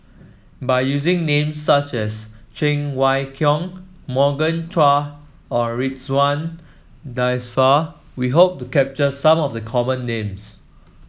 by using names such as Cheng Wai Keung Morgan Chua and Ridzwan Dzafir we hope to capture some of the common names